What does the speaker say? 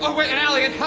ah wait an alley,